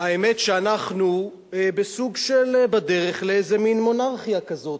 שאנחנו בסוג של דרך לאיזה מין מונרכיה כזו.